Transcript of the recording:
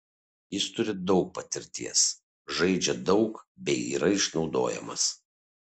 jis turi daug patirties žaidžia daug bei yra išnaudojamas